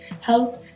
health